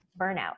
burnout